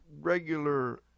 regular